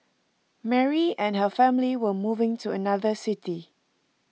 Mary and her family were moving to another city